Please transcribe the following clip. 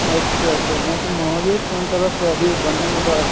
अच्छा अच्छा नहीं तो महावीर थान तरफ़ तो अभी बनने में थोड़ा उस